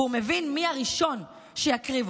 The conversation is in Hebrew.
והוא מבין מי הראשון שיקריבו.